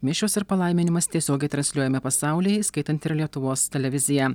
mišios ir palaiminimas tiesiogiai transliuojami pasaulyje įskaitant ir lietuvos televiziją